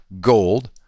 Gold